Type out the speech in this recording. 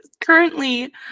currently